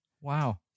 wow